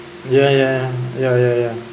ya ya ya ya ya